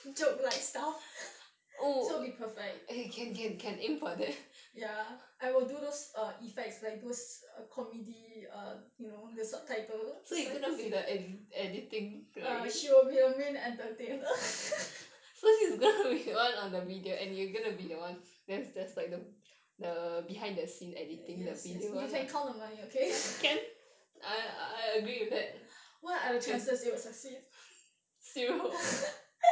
joke like stuff so will be perfect ya I will do those err effects like those err comedy err you know the subtitle ya she will be the main entertainer yes yes you can count the money okay what are the chances it will succeed